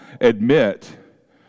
admit